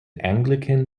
anglican